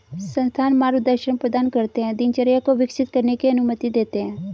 संस्थान मार्गदर्शन प्रदान करते है दिनचर्या को विकसित करने की अनुमति देते है